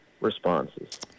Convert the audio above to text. responses